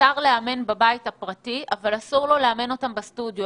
מותר לאמן בבית הפרטי אבל אסור לו לאמן אותם בסטודיו,